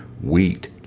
Wheat